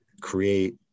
create